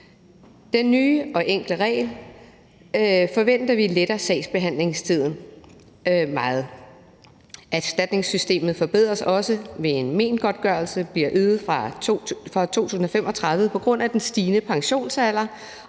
Den nye og enkle regel forventer vi vil lette sagsbehandlingstiden meget. Erstatningssystemet forbedres også, ved at mengodtgørelsen bliver øget fra 2035 på grund af den stigende pensionsalder,